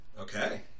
Okay